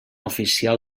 oficial